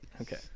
Okay